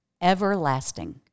Everlasting